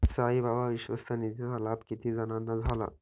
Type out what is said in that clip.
साईबाबा विश्वस्त निधीचा लाभ किती जणांना झाला?